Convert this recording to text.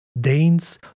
Danes